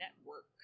network